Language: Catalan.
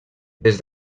des